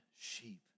sheep